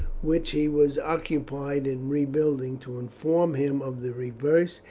which he was occupied in rebuilding, to inform him of the reverse,